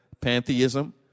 Pantheism